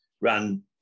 ran